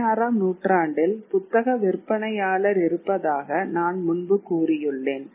பதினாறாம் நூற்றாண்டில் புத்தக விற்பனையாளர் இருப்பதாக நான் முன்பு கூறியுள்ளேன்